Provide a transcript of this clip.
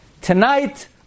tonight